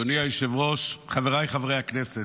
אדוני היושב-ראש, חבריי חברי הכנסת,